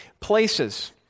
places